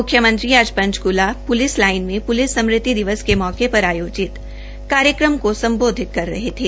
मुख्यमंत्री आज Panchkula police line में पूलिस स्मृति दिवस के मौके पर आयोजित कार्यकम को सम्बोधित कर रहे थे